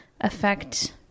affect